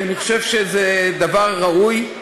כי אני חושב שזה דבר ראוי,